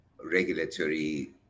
regulatory